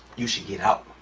you should get out.